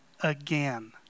again